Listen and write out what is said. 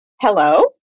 Hello